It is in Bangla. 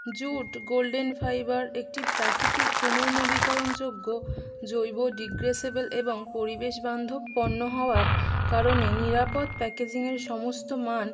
জুট গোল্ডেন ফাইবার একটি প্রাকৃতিক পুনর্নবীকরণযোগ্য জৈব ডিগ্রেডেবল এবং পরিবেশবান্ধব পণ্য হওয়ার কারণে নিরাপদ প্যাকেজিংয়ের সমস্ত মান